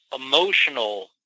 emotional